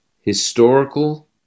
historical